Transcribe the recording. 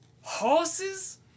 horses